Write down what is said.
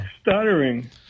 stuttering